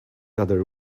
other